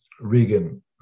Regan